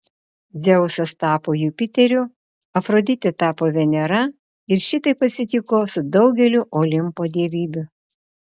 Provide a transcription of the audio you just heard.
dzeusas tapo jupiteriu afroditė tapo venera ir šitaip atsitiko su daugeliu olimpo dievybių